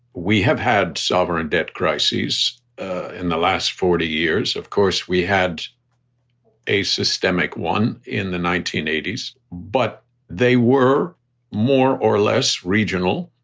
we have had sovereign debt crises in the last forty years, of course. we had a systemic one in the nineteen eighty s, but they were more or less regional.